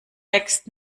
wächst